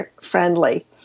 friendly